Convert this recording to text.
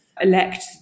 elect